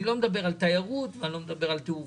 אני לא מדבר על תיירות, אני לא מדבר על תעופה.